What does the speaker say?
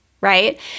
right